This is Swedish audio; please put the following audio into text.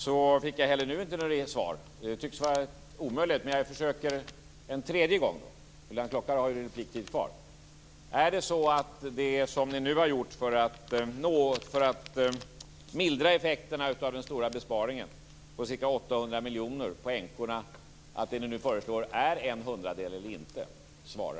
Jag fick inte nu heller något svar. Det tycks vara omöjligt. Jag försöker en tredje gång. Lennart Klockare har ju repliktid kvar. Är det ni har gjort för att mildra effekterna av den stora besparingen på ca 800 miljoner på änkorna en hundradedel eller inte. Svara!